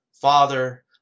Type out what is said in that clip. Father